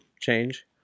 Change